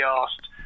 asked